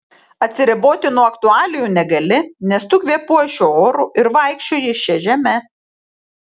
atsiriboti nuo aktualijų negali nes tu kvėpuoji šiuo oru ir vaikščioji šia žeme